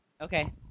Okay